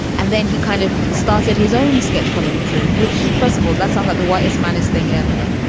and then he kind of started his own sketch comedy troupe. which festival that's on that the what is mannus thing ever?